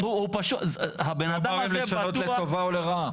הוא לא אמר אם לשנות לטובה או לרעה.